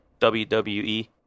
WWE